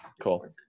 Cool